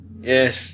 Yes